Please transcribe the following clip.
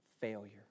failure